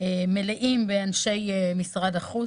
מלאים באנשי משרד החוץ,